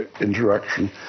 interaction